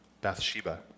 Bathsheba